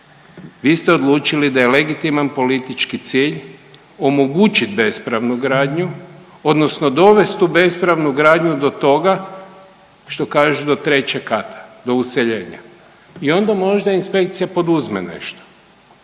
Vi ste odlučili da je legitiman političkih cilj omogućiti bespravnu gradnju odnosno dovest u bespravnu gradnju do toga što kažu do trećeg kata, do useljenja i onda možda inspekcija poduzme nešto